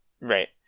right